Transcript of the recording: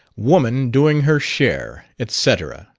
woman doing her share, et cetera!